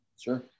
sure